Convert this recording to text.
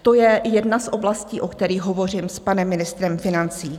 To je jedna z oblastí, o kterých hovořím s panem ministrem financí.